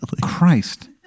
Christ